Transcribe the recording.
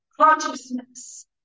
consciousness